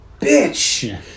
bitch